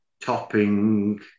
topping